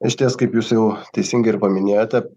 išties kaip jūs jau teisingai ir paminėjote